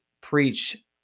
preach